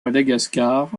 madagascar